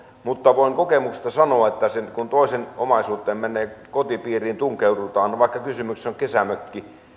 mutta voin kokemuksesta sanoa että kun toisen omaisuuteen menee kajoamaan kotipiiriin tunkeudutaan niin vaikka kysymyksessä on kesämökki hyvin